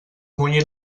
munyit